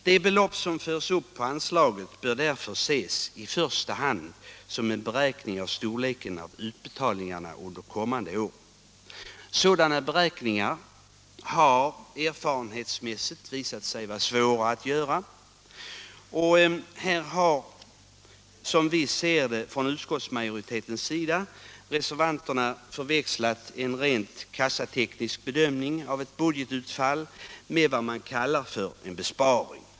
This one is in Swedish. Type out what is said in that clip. Det belopp som förs upp på anslaget bör därför ses i första hand som en beräkning av storleken av utbetalningarna under kommande år. Sådana beräkningar har erfarenhetsmässigt visat sig svåra att göra. Här har, som vi ser det från utskottsmajoritetens sida, reservanterna förväxlat en rent kassateknisk bedömning av ett budgetutfall med vad man kallar en besparing.